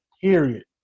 Period